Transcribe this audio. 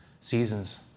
seasons